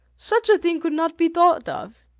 such a thing could not be thought of.